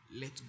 let